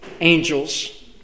angels